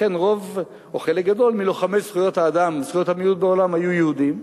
לכן רוב או חלק גדול מלוחמי זכויות המיעוט בעולם היו יהודים.